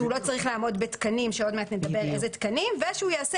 שהוא לא צריך לעמוד בתקנים שעוד מעט נדבר איזה תקנים אלה ושהוא יעשה